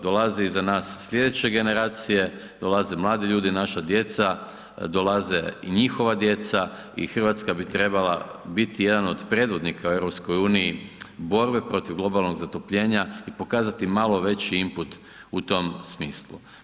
Dolaze iza nas slijedeće generacije, dolaze mladi ljudi, naša djece, dolaze i njihova djeca i Hrvatska bi trebala biti jedan od predvodnika u EU borbe protiv globalnog zatopljenja i pokazati malo veći input u tom smislu.